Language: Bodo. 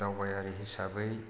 दावबायारि हिसाबै